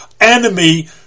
enemy